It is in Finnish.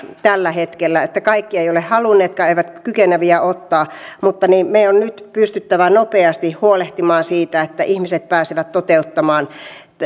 tällä hetkellä kaikki eivät ole halunneetkaan eivätkä ole kykeneviä ottamaan mutta meidän on nyt pystyttävä nopeasti huolehtimaan siitä että ihmiset pääsevät